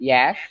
Yes